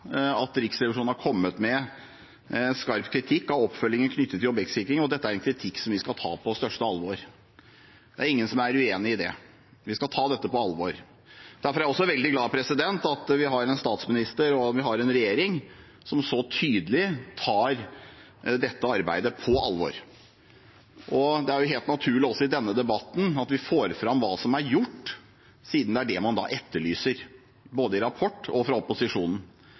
at Riksrevisjonen har kommet med skarp kritikk av oppfølgingen av objektsikring. Dette er en kritikk som vi skal ta på største alvor. Det er ingen som er uenig i det. Vi skal ta dette på alvor. Derfor er jeg også veldig glad for at vi har en statsminister og en regjering som så tydelig tar dette arbeidet på alvor. Det er helt naturlig også i denne debatten at vi får fram hva som er gjort, siden det er det man etterlyser, både i rapporten og fra opposisjonen.